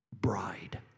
Bride